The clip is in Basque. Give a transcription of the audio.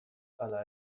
ala